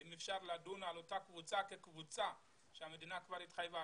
אם אפשר לדון על אותה קבוצה כקבוצה שהמדינה כבר התחייבה,